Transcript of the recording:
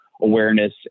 awareness